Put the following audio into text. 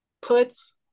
puts